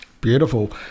Beautiful